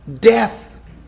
death